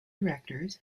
directors